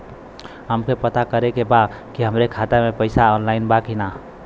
हमके पता करे के बा कि हमरे खाता में पैसा ऑइल बा कि ना?